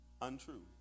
untrue